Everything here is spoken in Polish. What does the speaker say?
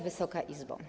Wysoka Izbo!